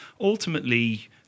ultimately